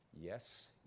yes